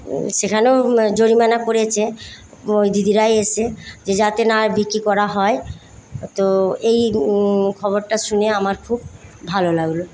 সেখানেও জরিমানা পরেছে ওই দিদিরাই এসে যে যাতে না আর বিক্রি করা হয় তো এই খবরটা শুনে আমার খুব ভালো লাগলো